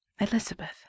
Elizabeth